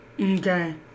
Okay